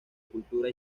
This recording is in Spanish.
cultura